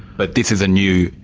but this is a new,